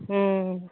हूँ